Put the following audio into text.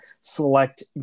select